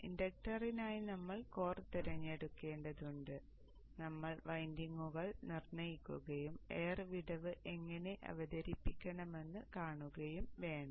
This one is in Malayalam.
ഇൻഡക്റ്ററിനായി നമ്മൾ കോർ തിരഞ്ഞെടുക്കേണ്ടതുണ്ട് നമ്മൾ വൈൻഡിംഗുകൾ നിർണ്ണയിക്കുകയും എയർ വിടവ് എങ്ങനെ അവതരിപ്പിക്കണമെന്ന് കാണുകയും വേണം